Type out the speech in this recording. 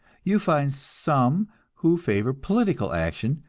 you find some who favor political action,